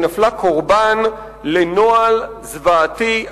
היא נפלה קורבן לנוהל זוועתי,